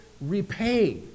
repay